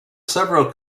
several